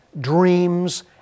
Dreams